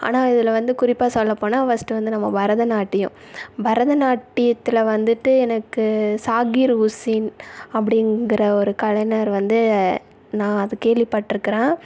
ஆனால் இதில் வந்து குறிப்பாக சொல்ல போனால் ஃபஸ்ட்டு வந்து நம்ம பரதநாட்டியம் பரதநாட்டியத்தில் வந்துட்டு எனக்கு சாகீர் உசின் அப்படிங்குற ஒரு கலைஞர் வந்து நான் அது கேள்வி பட்டிருக்குறேன்